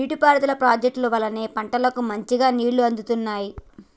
నీటి పారుదల ప్రాజెక్టుల వల్లనే పంటలకు మంచిగా నీళ్లు అందుతున్నాయి